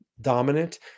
dominant